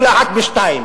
מקלחת בשניים.